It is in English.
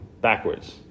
backwards